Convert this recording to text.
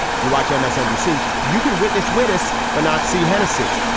if you watch msnbc, you can witness, witness, but not see hennesy.